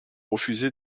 refusé